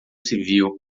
civil